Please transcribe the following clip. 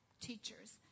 teachers